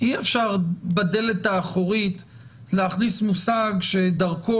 אי-אפשר בדלת האחורית להכניס מושג שדרכו